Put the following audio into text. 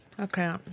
Okay